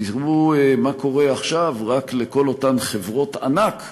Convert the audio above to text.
תראו מה קורה עכשיו רק לכל אותן חברות ענק רוסיות,